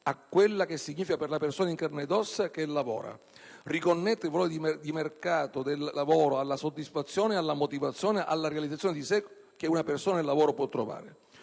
a quello che significa per la persona in carne ed ossa che lavora: riconnettere il valore di mercato del lavoro alla soddisfazione, alla motivazione, alla realizzazione di sé che una persona nel lavoro può trovare.